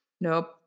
Nope